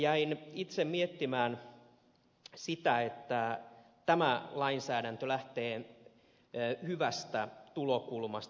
jäin itse miettimään sitä että tämä lainsäädäntö lähtee hyvästä tulokulmasta